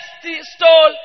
stole